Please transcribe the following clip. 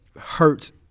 hurts